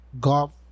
golf